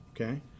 okay